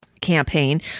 campaign